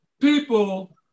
people